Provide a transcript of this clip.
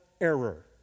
error